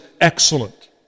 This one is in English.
excellent